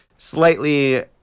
Slightly